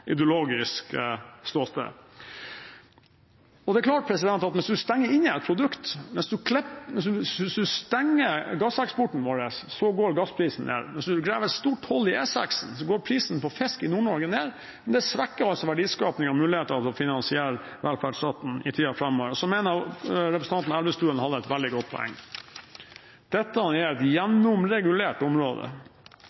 ideologisk ståsted. Hvis man stenger inne et produkt, hvis man stenger gasseksporten, går gassprisen vår ned. Hvis man graver et stort hull i E6-en, går prisen på fisk i Nord-Norge ned, men det svekker altså verdiskapingen og muligheten til å finansiere velferdsstaten i tiden framover. Så mener jeg at representanten Elvestuen hadde et veldig godt poeng. Dette er et